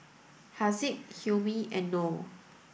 Haziq Hilmi and Noh